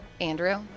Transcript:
Andrew